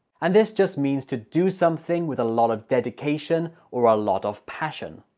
and this just means to do something with a lot of dedication or a lot of passion.